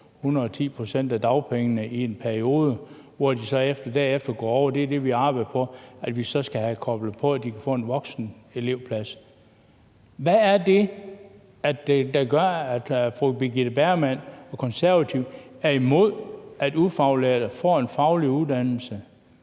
110 pct. af dagpengesatsen i en periode, eller at dem, som vi har arbejdet på at få koblet på, kan overgå til at få en voksenelevplads. Hvad er det, der gør, at fru Birgitte Bergman fra Konservative er imod, at ufaglærte får en faglig uddannelse?